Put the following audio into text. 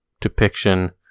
Depiction